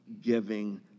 giving